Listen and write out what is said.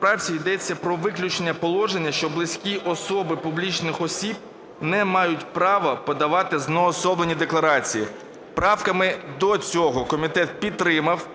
правці йдеться про виключення положення, що близькі особи публічних осіб не мають права подавати знеособлені декларації. Правками до цього комітет підтримав,